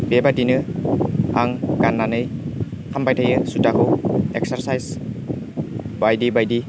बेबायदिनो आं गाननानै खालामबाय थायो जुटाखौ एक्सारसाइस बायदि बायदि